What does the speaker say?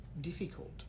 Difficult